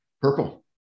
Purple